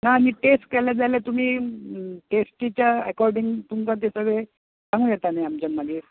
आनी टेस्ट केले जाल्यार तुमी टेस्टीच्या एकोर्डींग तुमका तें सांगो येता न्ही आमच्यान मागीर